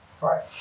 Right